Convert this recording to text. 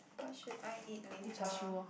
what should I eat later